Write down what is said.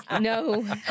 No